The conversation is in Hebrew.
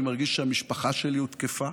אני מרגיש שהמשפחה שלי הותקפה,